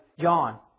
John